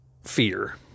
fear